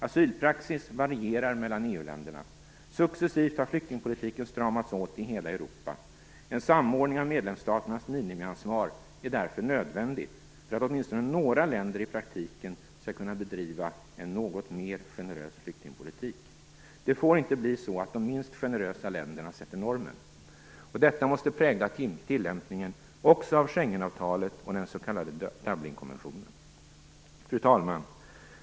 Asylpraxis varierar mellan EU-länderna. Successivt har flyktingpolitiken stramats åt i hela Europa. En samordning av medlemsstaternas minimiansvar är därför nödvändig för att åtminstone några länder i praktiken skall kunna bedriva en något mera generös flyktingpolitik. Det får inte bli så att de minst generösa länderna sätter normen. Detta måste prägla tilllämpningen också av Schengenavtalet och den s.k. Fru talman!